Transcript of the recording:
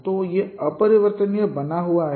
तो यह अपरिवर्तनीय बना हुआ है